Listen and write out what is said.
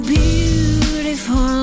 beautiful